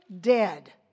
dead